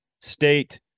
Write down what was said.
State